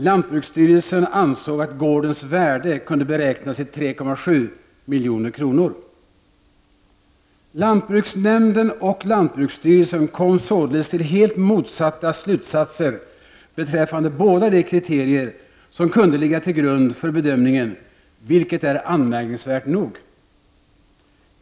Lantbruksstyrelsen ansåg att gårdens värde kunde beräknas till 3,7 milj.kr. Lantbruksnämnden och lantbruksstyrelsen kom således till helt motsatta slutsatser beträffande båda de kriterier som kunde ligga till grund för bedömningen, vilket är anmärkningsvärt nog.